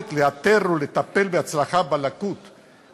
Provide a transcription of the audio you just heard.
היכולת לאתר לקות ולטפל בה בהצלחה בשלבים